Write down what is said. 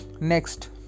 Next